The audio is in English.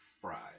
fried